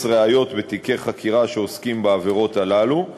ראיות ותיקי חקירה שעוסקים בעבירות הללו.